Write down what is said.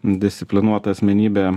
disciplinuota asmenybė